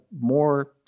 more